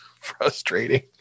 frustrating